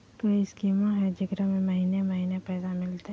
कोइ स्कीमा हय, जेकरा में महीने महीने पैसा मिलते?